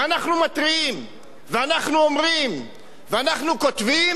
ואנחנו מתריעים ואנחנו אומרים ואנחנו כותבים,